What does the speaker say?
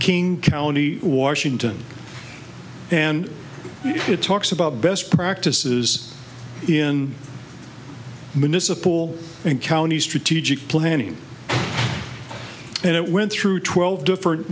king county washington and it talks about best practices in municipal and county strategic planning and it went through twelve different